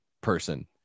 person